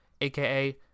aka